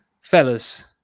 fellas